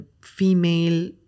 female